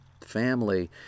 family